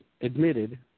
admitted